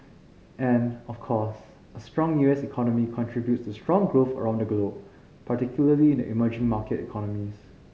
and of course a strong U S economy contributes to strong growth around the globe particularly in the emerging market economies